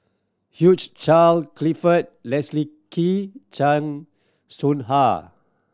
huge Charle Clifford Leslie Kee Chan Soh Ha